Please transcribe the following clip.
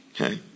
Okay